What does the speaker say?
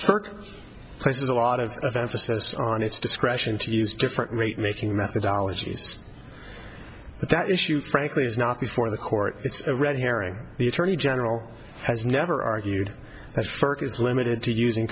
work places a lot of of emphasis on its discretion to use different rate making methodologies but that issue frankly is not before the court it's a red herring the attorney general has never argued that ferg is limited to using